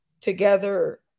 together